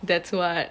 that's what